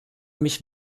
mich